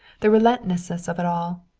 the relentlessness of it all,